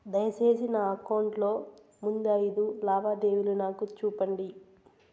దయసేసి నా అకౌంట్ లో ముందు అయిదు లావాదేవీలు నాకు చూపండి